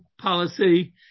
policy